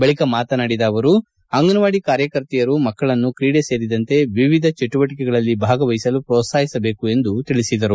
ಬಳಿಕ ಮಾತನಾಡಿದ ಅವರು ಅಂಗನವಾಡಿ ಕಾರ್ಯಕರ್ತೆಯರು ಮಕ್ಕಳನ್ನು ಕ್ರೀಡೆ ಸೇರಿದಂತೆ ವಿವಿಧ ಚಟುವಟಿಕೆಗಳಲ್ಲಿ ಭಾಗವಹಿಸಲು ಪೊತ್ಸಾಹಿಸಬೇಕು ಎಂದು ಹೇಳಿದರು